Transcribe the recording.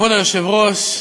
כבוד היושב-ראש,